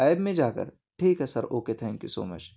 app میں جا کر ٹھیک ہے sir okay thank you so much